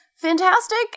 fantastic